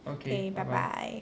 okay bye bye